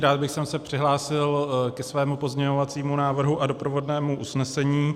Rád bych se přihlásil ke svému pozměňovacímu návrhu a doprovodnému usnesení.